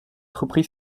reprit